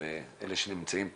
ואלה שנמצאים פה,